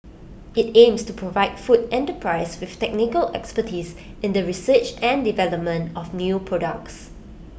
IT aims to provide food enterprises with technical expertise in the research and development of new products